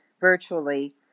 virtually